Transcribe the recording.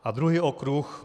A druhý okruh.